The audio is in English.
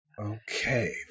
Okay